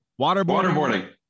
Waterboarding